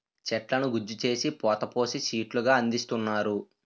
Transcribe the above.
చెట్లను గుజ్జు చేసి పోత పోసి సీట్లు గా అందిస్తున్నారు